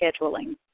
scheduling